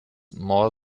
more